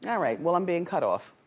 yeah right, well, i'm being cut off.